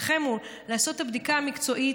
תפקידכם הוא לעשות את הבדיקה המקצועית,